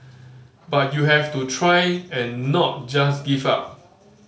but you have to try and not just give up